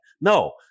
No